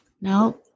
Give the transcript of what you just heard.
no